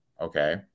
Okay